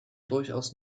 durchaus